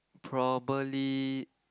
probably